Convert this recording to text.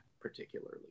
particularly